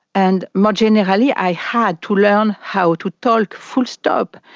and more generally i had to learn how to talk, full stop,